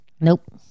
Nope